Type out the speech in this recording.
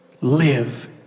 live